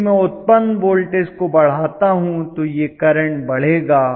यदि मैं उत्पन्न वोल्टेज को बढ़ाता हूं तो यह करंट बढ़ेगा